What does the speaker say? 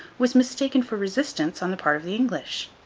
was mistaken for resistance on the part of the english.